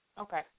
Okay